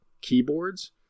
keyboards